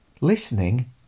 listening